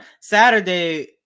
Saturday